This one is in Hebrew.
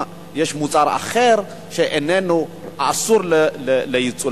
יש מוצר אחר שאסור לייצוא.